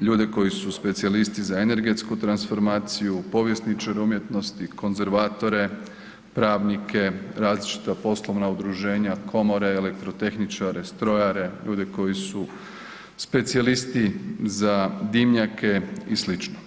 ljudi koji su specijalisti za energetsku transformaciju, povjesničare umjetnosti, konzervatore, pravnika, različita poslovna udruženja, komore, elektrotehničare, strojare, ljudi koji su specijalisti za dimnjake i sl.